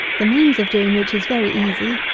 the means of doing which is very easy,